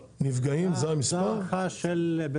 זו הערכה של ארגון